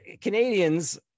Canadians